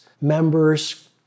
members